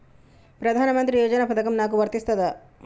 ప్రధానమంత్రి యోజన పథకం నాకు వర్తిస్తదా?